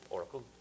Oracle